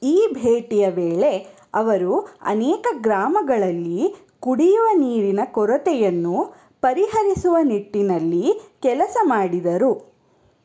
ಈ ಭೇಟಿಯ ವೇಳೆ ಅವರು ಅನೇಕ ಗ್ರಾಮಗಳಲ್ಲಿ ಕುಡಿಯುವ ನೀರಿನ ಕೊರತೆಯನ್ನು ಪರಿಹರಿಸುವ ನಿಟ್ಟಿನಲ್ಲಿ ಕೆಲಸ ಮಾಡಿದರು